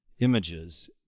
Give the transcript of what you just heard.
images